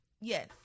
yes